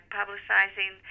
publicizing